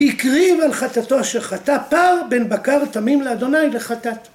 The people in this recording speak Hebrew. ״הקריב על חטאתו אשר חטא פר בן בקר תמים לאדוני לחטאת״